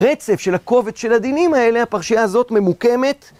רצף של הקובץ של הדינים האלה, הפרשייה הזאת ממוקמת.